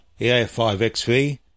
EA5XV